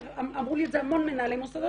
אמרו לי את זה המון מנהלי מוסדות,